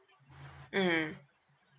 mm